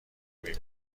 بینیم